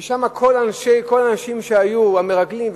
ושם כל האנשים שהיו המרגלים,